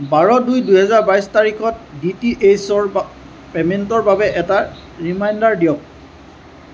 বাৰ দুই দুহেজাৰ বাইছ তাৰিখত ডি টি এইছৰ পা পে'মেণ্টৰ বাবে এটা ৰিমাইণ্ডাৰ দিয়ক